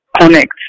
Connect